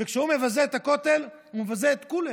וכשהוא מבזה את הכותל, הוא מבזה את כולנו.